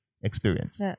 experience